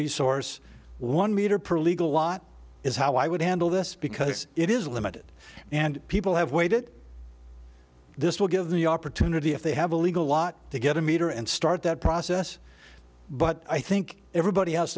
resource one meter per legal lot is how i would handle this because it is limited and people have waited this will give the opportunity if they have a legal lot to get a meter and start that process but i think everybody has